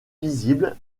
visible